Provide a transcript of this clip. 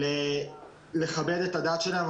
הדת שלהם,